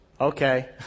Okay